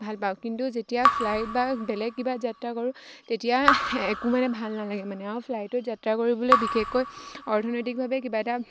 ভাল পাওঁ কিন্তু যেতিয়া ফ্লাইট বা বেলেগ কিবা যাত্ৰা কৰোঁ তেতিয়া একো মানে ভাল নালাগে মানে আৰু ফ্লাইটত যাত্ৰা কৰিবলৈ বিশেষকৈ অৰ্থনৈতিকভাৱে কিবা এটা